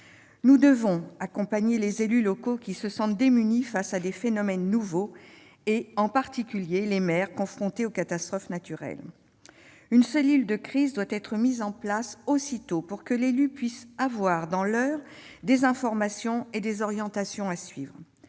Nous devons accompagner les élus locaux, qui se sentent démunis face à des phénomènes nouveaux, en particulier les maires confrontés aux catastrophes naturelles. Une cellule de crise doit être mise en place aussitôt, pour que l'élu puisse obtenir dans l'heure des informations et des orientations à suivre.